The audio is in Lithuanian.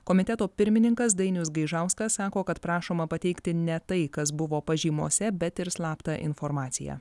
komiteto pirmininkas dainius gaižauskas sako kad prašoma pateikti ne tai kas buvo pažymose bet ir slaptą informaciją